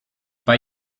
bei